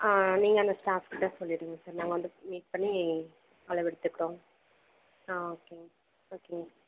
நீங்கள் அந்த ஸ்டாப் கிட்ட சொல்லிவிடுங்க சார் நாங்கள் வந்து மீட் பண்ணி அளவு எடுத்துக்கிறோம் ஓகேங்க சார் ஓகேங்க சார்